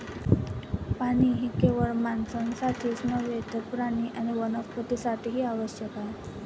पाणी हे केवळ माणसांसाठीच नव्हे तर प्राणी आणि वनस्पतीं साठीही आवश्यक आहे